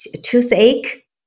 toothache